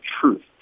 truth